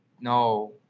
No